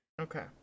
okay